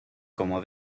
como